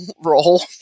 roll